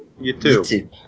YouTube